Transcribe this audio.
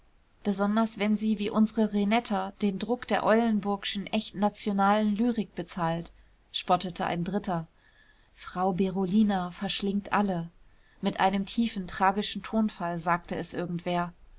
besonders wenn sie wie unsere renetta den druck der eulenburgschen echt nationalen lyrik bezahlt spottete ein dritter frau berolina verschlingt alle mit einem tiefen tragischen tonfall sagte es irgendwer